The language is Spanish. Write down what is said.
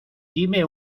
dime